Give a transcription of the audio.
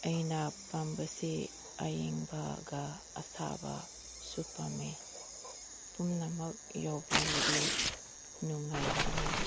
ꯑꯩꯅ ꯄꯥꯝꯕꯁꯦ ꯑꯏꯪꯕꯒ ꯑꯁꯥꯕꯁꯨ ꯄꯥꯝꯃꯦ ꯄꯨꯝꯅꯃꯛ ꯌꯥꯎꯕꯤꯔꯗꯤ ꯅꯨꯡꯉꯥꯏꯒꯅꯤ